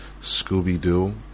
scooby-doo